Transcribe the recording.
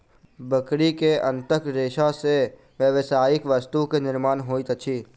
बकरी के आंतक रेशा से व्यावसायिक वस्तु के निर्माण होइत अछि